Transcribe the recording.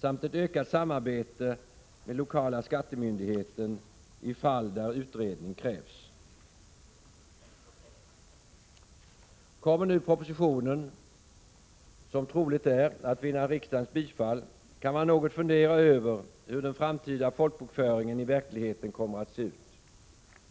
samt ett ökat samarbete med lokala skattemyndigheten i fall där utredning krävs. Kommer nu propositionen, som troligt är, att vinna riksdagens bifall kan man något fundera över hur den framtida folkbokföringen i verkligheten kommer att se ut.